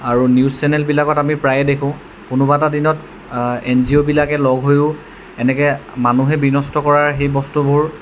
আৰু নিউজ চেনেলবিলাকত আমি প্ৰায়ে দেখোঁ কোনোবা এটা দিনত এন জি অ'বিলাকে লগ হৈও এনেকৈ মানুহে বিনষ্ট কৰাৰ সেই বস্তুবোৰ